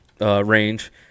range